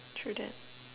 true that